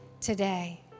today